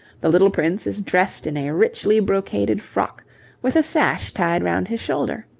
the little prince is dressed in a richly-brocaded frock with a sash tied round his shoulder.